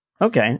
Okay